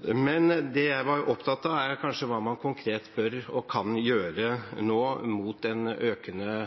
Men det jeg var opptatt av, er hva man bør og kan gjøre nå for dem som er arbeidsledige, og mot den økende